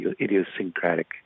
idiosyncratic